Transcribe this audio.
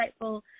insightful